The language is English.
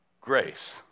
Grace